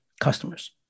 customers